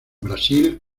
brasil